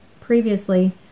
previously